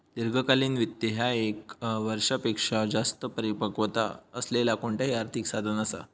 दीर्घकालीन वित्त ह्या ये क वर्षापेक्षो जास्त परिपक्वता असलेला कोणताही आर्थिक साधन असा